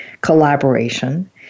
collaboration